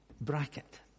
bracket